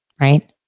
Right